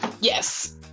Yes